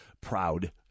proud